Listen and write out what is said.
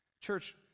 Church